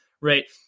right